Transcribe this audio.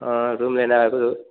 हाँ रूम लेना है तो